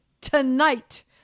tonight